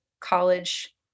college